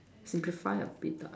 simplify a bit lah